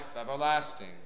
everlasting